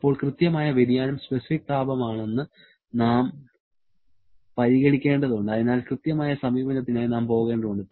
അപ്പോൾ കൃത്യമായ വ്യതിയാനം സ്പെസിഫിക് താപമാണെന്ന് നാം പരിഗണിക്കേണ്ടതുണ്ട് അതിനാൽ കൃത്യമായ സമീപനത്തിനായി നാം പോകേണ്ടതുണ്ട്